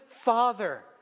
father